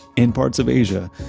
in parts of asia,